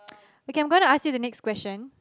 okay I am gonna ask you the next question